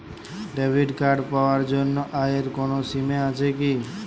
Debit card পাওয়ার জন্য আয়ের কোনো সীমা আছে কি?